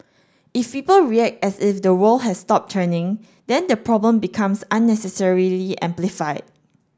if people react as if the world has stopped turning then the problem becomes unnecessarily amplified